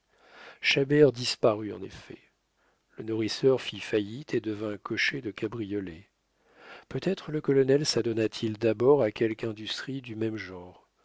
chabert disparut en effet le nourrisseur fit faillite et devint cocher de cabriolet peut-être le colonel sadonna t il d'abord à quelque industrie du même genre